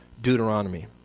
Deuteronomy